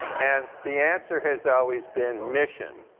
and the answer has always been. mission!